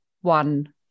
one